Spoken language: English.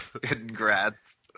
congrats